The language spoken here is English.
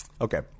Okay